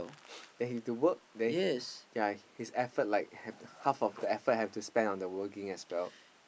then he have to work then ya his effort like half of the effort have to spend on the working as well